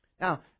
Now